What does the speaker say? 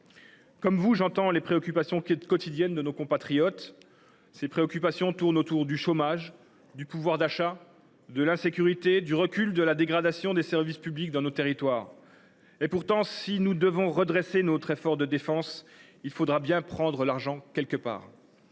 Comme vous, j’entends les préoccupations quotidiennes de nos compatriotes qui tournent autour du chômage, de l’insécurité, du recul et de la dégradation des services publics dans nos territoires. Pourtant, si nous devons redresser notre effort de défense, il faudra bien prendre l’argent quelque part